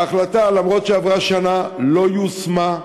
אף-על-פי שעברה שנה, ההחלטה לא יושמה,